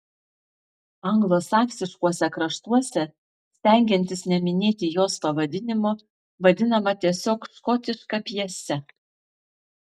anglosaksiškuose kraštuose stengiantis neminėti jos pavadinimo vadinama tiesiog škotiška pjese